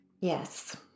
Yes